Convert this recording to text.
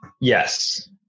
Yes